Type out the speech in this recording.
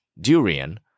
durian